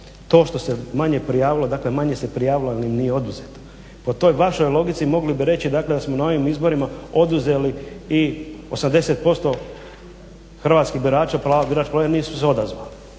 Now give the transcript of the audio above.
to što se manje prijavilo, dakle manje se prijavilo ali im nije oduzeto. Po toj vašoj logici mogli bi reći dakle da samo na ovim izborima oduzeli i 80% hrvatskih birača, pravo …/Govornik se ne